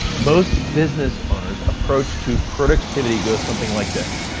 most business owners' approach to productivity goes something like this.